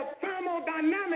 thermodynamics